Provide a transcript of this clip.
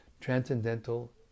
transcendental